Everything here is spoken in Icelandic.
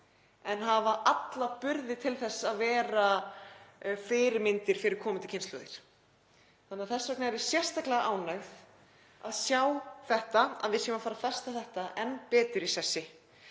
en hafa alla burði til að vera fyrirmyndir fyrir komandi kynslóðir. Þess vegna er ég sérstaklega ánægð að sjá að við séum að fara að festa þetta enn betur í sessi.